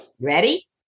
Ready